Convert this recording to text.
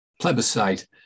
plebiscite